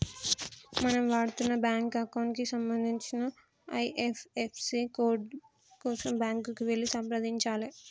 మనం వాడుతున్న bank account కి సంబంధించిన ఐ.ఎఫ్.ఎస్.సి కోడ్ కోసం బ్యాంకుకి వెళ్లి సంప్రదించాలే